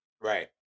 Right